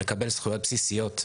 לקבל זכויות בסיסיות".